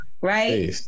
right